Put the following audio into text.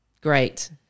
Great